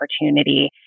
opportunity